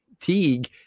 Teague